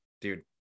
dude